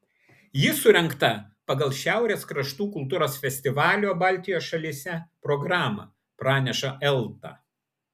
ji surengta pagal šiaurės kraštų kultūros festivalio baltijos šalyse programą praneša elta